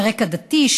על רקע דתי,